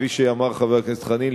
כפי שאמר חבר הכנסת חנין,